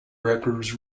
records